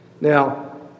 Now